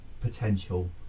potential